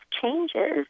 changes